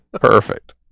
Perfect